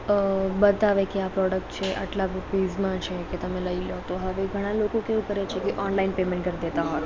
અ બતાવે કે આ પ્રોડક્ટ છે આટલા રુપિઝમાં છે કે તમે લઇ લો તો હવે ઘણા લોકો કેવું કરે છે કે ઓનલાઇન પેમેન્ટ કરી દેતા હોય છે